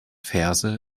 verse